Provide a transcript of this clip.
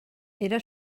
era